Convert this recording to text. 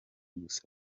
gusa